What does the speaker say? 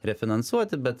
refinansuoti bet